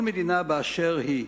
כל מדינה באשר היא,